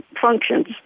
functions